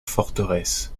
forteresse